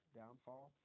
downfall